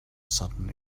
sudden